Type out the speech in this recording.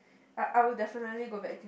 I I will definitely go back